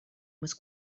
was